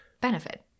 benefit